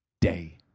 Day